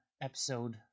Episode